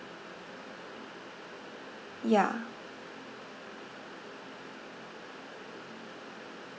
ya